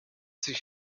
sich